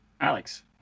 Alex